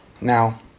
Now